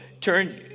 turn